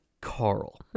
Carl